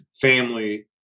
family